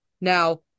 Now